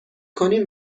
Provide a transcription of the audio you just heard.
کنیم